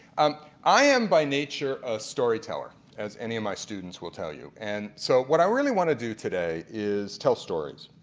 and i am by nature a story teller as any of my students will tell you. and so what i really want to do today is tell stories.